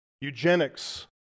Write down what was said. eugenics